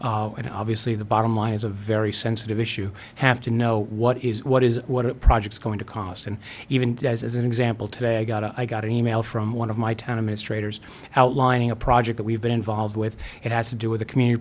municipalities and obviously the bottom line is a very sensitive issue have to know what is what is what it projects going to cost and even as an example today i got a i got an e mail from one of my town amiss traders outlining a project that we've been involved with it has to do with the community